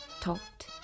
talked